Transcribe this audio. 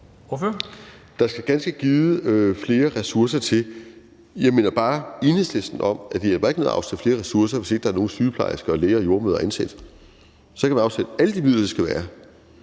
ganske givet flere ressourcer til. Jeg minder bare Enhedslisten om, at det ikke hjælper noget at afsætte flere ressourcer, hvis ikke der er nogen sygeplejersker, læger og jordemødre at ansætte. Så kan man afsætte alle de midler, det skal være,